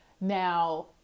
Now